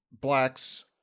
Blacks